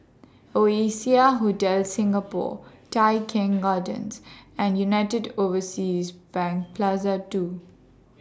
Oasia Hotel Singapore Tai Keng Gardens and United Overseas Bank Plaza two